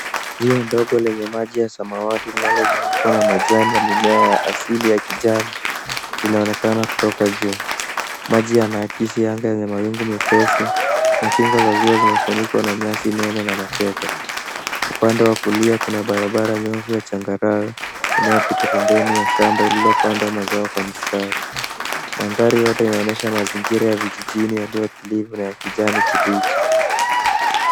Ziwa ndogo lenye maji ya samawati linalozungukwa na majani na mimea ya asili ya kijani linaonekana kutoka juu, maji yanaakisi anga ya malengo mepesi na kingo za ziwa zimefunikwa na nyasi nene na matete ,upande wa kulia kuna barabara nyoofu ya changarawe inayopita pembeni ya shamba lililopandwa mazao kwa mistari, mandhari yote inaonesha mazingira ya vijijini yaliyotulivu na ya kijani kibichi.